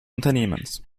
unternehmens